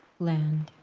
land